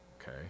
okay